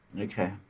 Okay